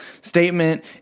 statement